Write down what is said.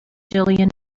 jillian